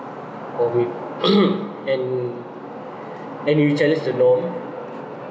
or we and and you challenge the norm